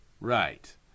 right